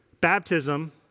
baptism